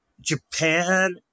Japan